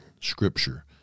scripture